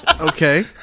Okay